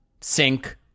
sink